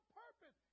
purpose